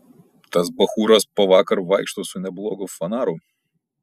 tas bachūras po vakar vaikšto su neblogu fanaru